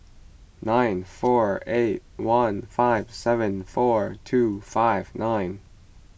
nine four eight one five seven four two five nine